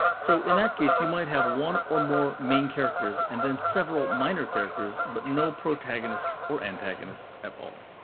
so in that case, you might have one or more main characters and then several minor characters, but no protagonists or antagonists at all.